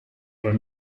were